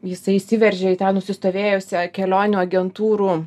jisai įsiveržė į tą nusistovėjusią kelionių agentūrų